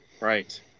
Right